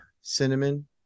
cinnamon